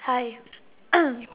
hi